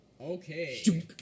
Okay